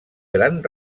gran